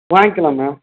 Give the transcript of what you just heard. வாங்க்கலாம் ma'am